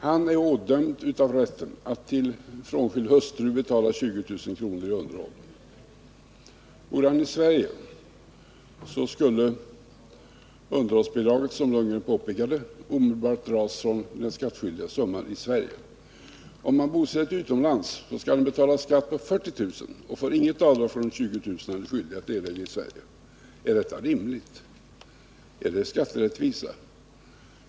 Han är ådömd av rätt att till frånskild hustru betala 20 000 i underhåll. Om mannen är bosatt i Sverige kommer, som Bo Lundgren påpekade, underhållsbidraget att omedelbart dras från den skattskyldiga summan. Om mannen är bosatt utomlands skall han betala skatt på 40 000 och får inget avdrag för de 20 000 han är skyldig att erlägga i Sverige. Är detta rimligt? Är detta skatterättvisa?